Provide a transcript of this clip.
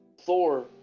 Thor